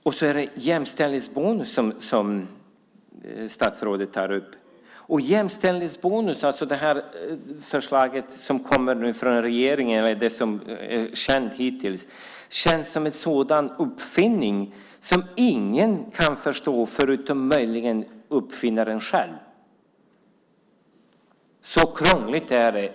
Statsrådet tar upp jämställdhetsbonus. Jämställdhetsbonus, alltså det förslag som nu kommer från regeringen och som är känt hittills, känns som en sådan uppfinning som ingen kan förstå förutom möjligen uppfinnaren själv. Så krångligt är det.